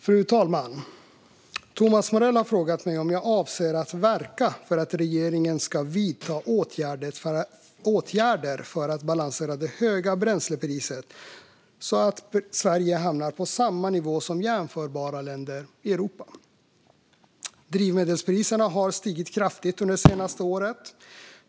Fru talman! Thomas Morell har frågat mig om jag avser att verka för att regeringen ska vidta åtgärder för att balansera det höga bränslepriset så att Sverige hamnar på samma nivå som jämförbara länder i Europa. Drivmedelspriserna har stigit kraftigt under det senaste året.